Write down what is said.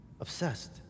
Obsessed